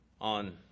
On